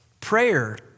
Prayer